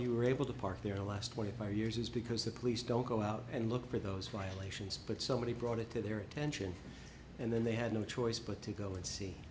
you were able to park their last twenty five years is because the police don't go out and look for those while asians but so many brought it to their attention and then they had no choice but to go and see